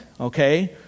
okay